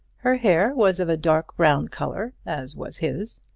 her hair was of a dark brown colour, as was his.